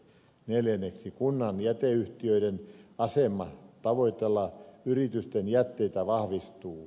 neljänneksi kunnan jäteyhtiöiden asema tavoitella yritysten jätteitä vahvistuu